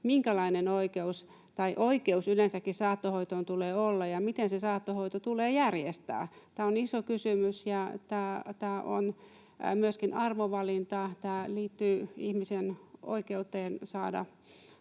minkälainen oikeus yleensäkin saattohoitoon tulee olla ja miten se saattohoito tulee järjestää. Tämä on iso kysymys, ja tämä on myöskin arvovalinta. Tämä liittyy ihmisen oikeuteen saada